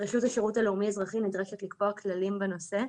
רשות השירות הלאומי אזרחי נדרשת לקבוע כללים בנושא,